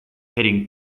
heading